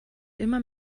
immer